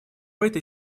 этой